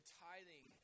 tithing